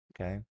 okay